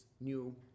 new